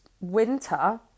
winter